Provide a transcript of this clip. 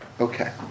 Okay